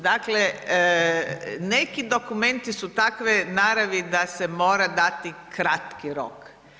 Dakle, neki dokumenti su takve naravi da se mora dati kratki rok.